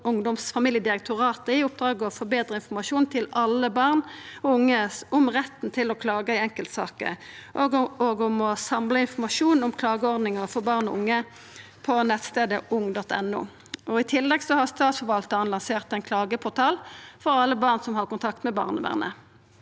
ungdoms- og familiedirektoratet i oppdrag å forbetra informasjonen til alle barn og unge om retten til å klaga i enkeltsaker og å samla informasjon om klageordningar for barn og unge på nettstaden ung.no. I tillegg har Statsforvaltaren lansert ein klageportal for alle barn som har kontakt med barnevernet.